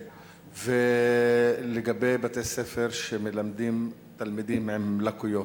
ולגבי בתי-ספר שמלמדים תלמידים עם לקויות.